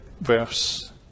verse